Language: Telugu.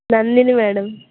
నందిని మ్యాడమ్